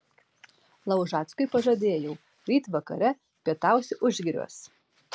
laužackui pažadėjau ryt vakare pietausi užgiriuos